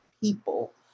people